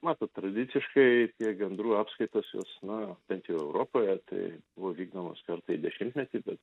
matot tradiciškai tie gandrų apskaitos jos na bent jau europoje tai buvo vykdomos karta į dešimtmetį bet